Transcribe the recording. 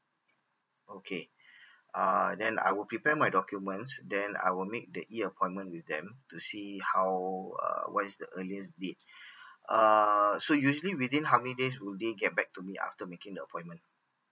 okay uh then I'll prepare my documents then I'll make the E appointment with them to see how uh what is the earliest date uh so usually within how many days will they get back to me after making the appointment